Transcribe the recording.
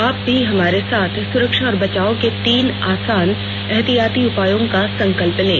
आप भी हमारे साथ सुरक्षा और बचाव के तीन आसान एहतियाती उपायों का संकल्प लें